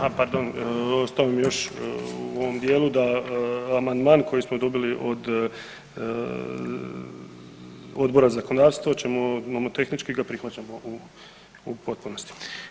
Aha, pardon ostao mi još u ovom dijelu da amandman koji smo dobili od Odbora za zakonodavstvo ćemo nomotehnički ga prihvaćamo u potpunosti.